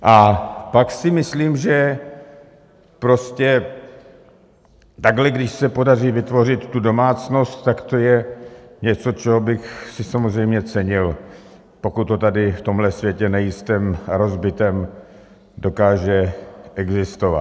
A pak si myslím, že prostě takhle když se podaří vytvořit domácnost, tak to je něco, čeho bych si samozřejmě cenil, pokud to tady v tomhle světě nejistém, rozbitém dokáže existovat.